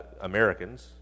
Americans